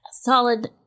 solid